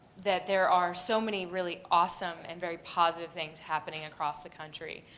that there are so many really awesome and very positive things happening across the country.